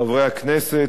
חברי הכנסת,